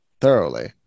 thoroughly